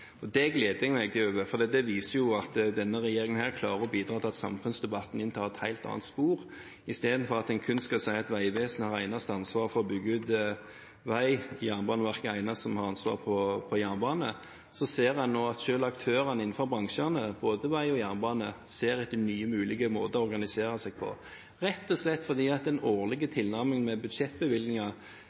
plass. Det gleder jeg meg over, for det viser at denne regjeringen klarer å bidra til at samfunnsdebatten inntar et helt annet spor. Istedenfor at en kun skal si at Vegvesenet har det eneste ansvaret for å bygge ut vei, at Jernbaneverket er de eneste som har ansvar for jernbane, ser en nå at selv aktørene innenfor bransjene, både innen vei og jernbane, ser etter nye mulige måter å organisere seg på, rett og slett fordi den årlige tilnærmingen med budsjettbevilgninger,